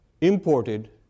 imported